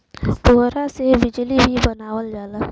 पुवरा से बिजली भी बनावल जाला